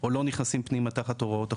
או לא נכנסים פנימה תחת הוראות החוק.